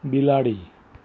બિલાડી